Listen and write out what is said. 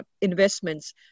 investments